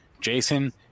Jason